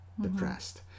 depressed